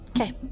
Okay